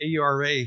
ARA